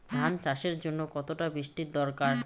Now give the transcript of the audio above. ধান চাষের জন্য কতটা বৃষ্টির দরকার?